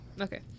Okay